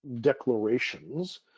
declarations